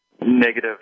negative